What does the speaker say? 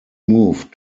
moved